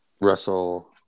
Russell